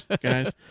guys